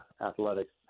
athletics